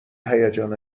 هیجان